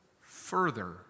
Further